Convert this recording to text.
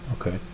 Okay